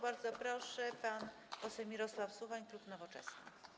Bardzo proszę, pan poseł Mirosław Suchoń, klub Nowoczesna.